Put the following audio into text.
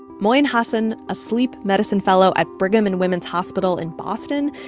moin hassan, a sleep medicine fellow at brigham and women's hospital in boston.